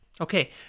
Okay